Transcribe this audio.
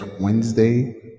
Wednesday